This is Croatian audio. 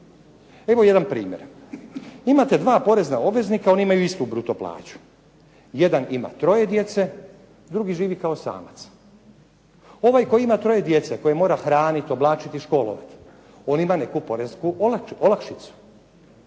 Evo jedan primjer. Imate dva porezna obveznika oni imaju istu bruto plaću, jedan ima troje djece, drugi koji živi kao samac. Ovaj koji ima troje djece, koji mora hraniti, oblačiti i školovat. On ima neku poresku olakšicu,